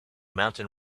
mountain